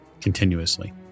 continuously